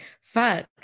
fuck